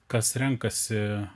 kas renkasi